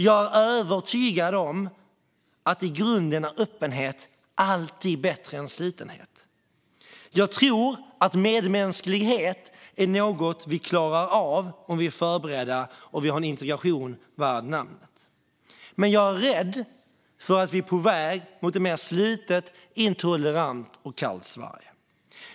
Jag är övertygad om att öppenhet i grunden alltid är bättre än slutenhet. Jag tror att medmänsklighet är någonting som vi klarar av om vi är förberedda och om vi har en integration värd namnet. Men jag är rädd för att vi är på väg mot ett mer slutet, intolerant och kallt Sverige.